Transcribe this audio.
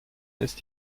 ist